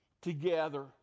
together